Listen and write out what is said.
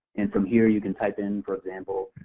and from here, you can type in, for example,